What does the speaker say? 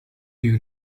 you